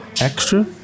extra